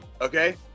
Okay